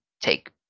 take